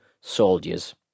soldiers